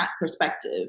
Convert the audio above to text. perspective